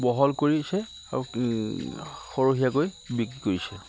বহল কৰিছে আৰু সৰহীয়াকৈ বিক্ৰী কৰিছে